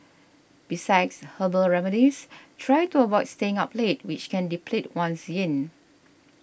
besides herbal remedies try to avoid staying up late which can deplete one's yin